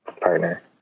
partner